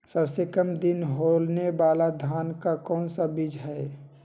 सबसे काम दिन होने वाला धान का कौन सा बीज हैँ?